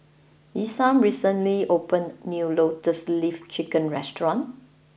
Isam recently opened a new Lotus Leaf Chicken restaurant